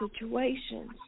situations